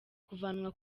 kuvanwa